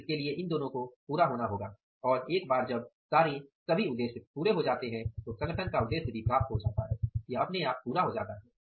पूर्ण इसके लिए इन दोनों को पूरा होना चाहिए और एक बार जब सभी उद्देश्य पुरे हो जाते हैं तो संगठन का उद्देश्य भी प्राप्त हो जाएगा